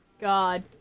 God